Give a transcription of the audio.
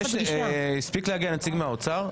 הספיק להגיע נציג מהאוצר?